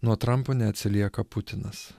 nuo trampo neatsilieka putinas